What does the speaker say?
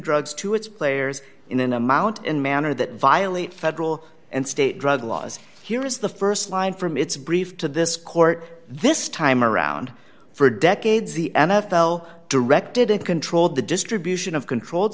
drugs to its players in an amount in manner that violate federal and state drug laws here is the st line from its brief to this court this time around for decades the n f l directed it controlled the distribution of controlled